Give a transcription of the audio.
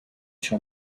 sur